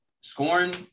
scoring